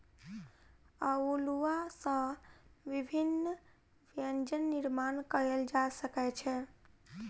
अउलुआ सॅ विभिन्न व्यंजन निर्माण कयल जा सकै छै